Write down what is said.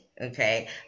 Okay